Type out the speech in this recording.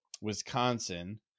wisconsin